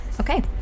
Okay